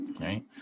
right